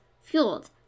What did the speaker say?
fueled